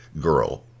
girl